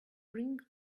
bring